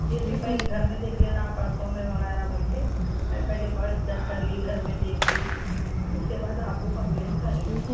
پھر بھی پہلے گھر میں دیکھ لینا پرسوں میں وغیرہ بول کے میں پہلے پرس چیک کر لی گھر میں دیکھ لی اس کے بعد آپ کو کمپلین کر رہی ہوں